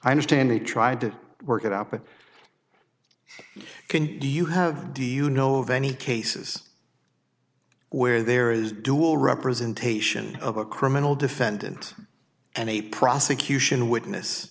i understand they tried to work it out but you can do you have do you know of any cases where there is dual representation of a criminal defendant and a prosecution witness